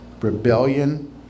Rebellion